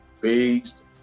based